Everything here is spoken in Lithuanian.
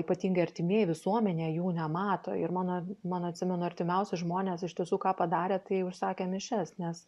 ypatingai artimieji visuomenė jų nemato ir mano mano atsimenu artimiausi žmonės iš tiesų ką padarė tai užsakė mišias nes